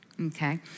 Okay